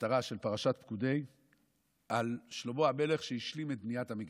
בהפטרה של פרשת פקודי על שלמה המלך שהשלים את בניית המקדש.